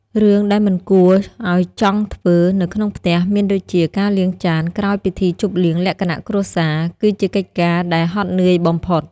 រឿងដែលមិនគួរឲ្យចង់ធ្វើនៅក្នុងផ្ទះមានដូចជា ការលាងចានក្រោយពិធីជប់លៀងលក្ខណៈគ្រួសារ គឺជាកិច្ចការដែលហត់នឿយបំផុត។